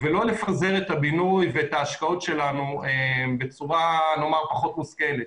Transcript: ולא לפזר את הבינוי ואת ההשקעות שלנו בצורה פחות מושכלת.